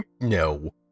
no